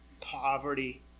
poverty